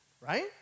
right